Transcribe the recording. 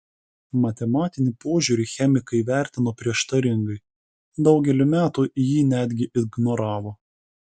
matematinį požiūrį chemikai vertino prieštaringai daugelį metų jį netgi ignoravo